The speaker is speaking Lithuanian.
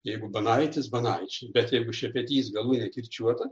jeigu banaitis banaičiai bet jeigu šepetys galūnė kirčiuota